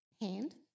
hand